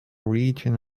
region